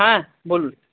হ্যাঁ বলুন